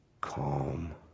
calm